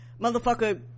motherfucker